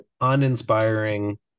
uninspiring